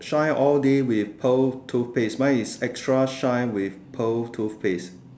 shine all day with pearl toothpaste mine is extra shine with pearl toothpaste